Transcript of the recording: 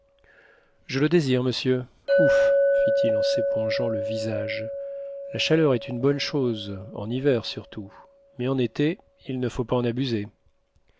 je le désire monsieur ouf fit-il en s'épongeant le visage la chaleur est une bonne chose en hiver surtout mais en été il ne faut pas en abuser